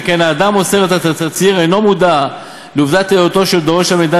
שכן האדם מוסר התצהיר אינו מודע לעובדת היותו של דורש המידע